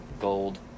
gold